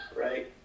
right